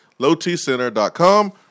LowTCenter.com